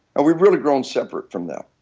and we've really grown separate from that.